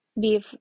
beef